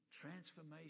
transformation